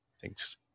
Thanks